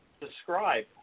describe